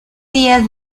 días